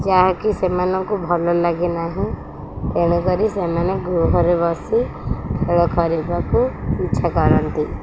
ଯାହାକି ସେମାନଙ୍କୁ ଭଲ ଲାଗେନାହିଁ ତେଣୁକରି ସେମାନେ ଗୃହରେ ବସି ଖେଳ ଖେଳିବାକୁ ଇଚ୍ଛା କରନ୍ତି